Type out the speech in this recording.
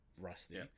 rusty